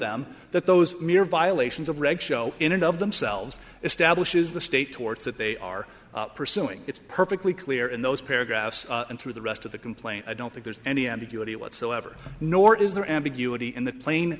them that those mere violations of red show in and of themselves establishes the state torts that they are pursuing it's perfectly clear in those paragraphs and through the rest of the complaint i don't think there's any ambiguity whatsoever nor is there ambiguity in the pla